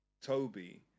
Toby